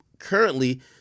currently